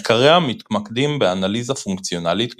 מחקריה מתמקדים באנליזה פונקציונלית גאומטרית,